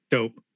Dope